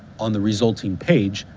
on the resulting page,